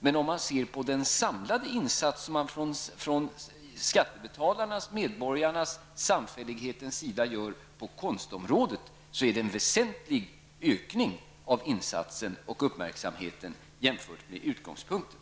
Men om man ser på den samlade insats som man från skattebetalarnas, medborgarnas och samfällighetens sida gör på konstområdet är det en väsentlig ökning av insatsen och uppmärksamheten jämfört med utgångspunkten.